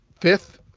fifth